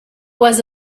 was